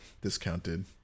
discounted